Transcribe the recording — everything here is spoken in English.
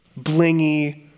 blingy